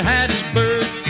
Hattiesburg